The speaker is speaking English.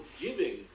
giving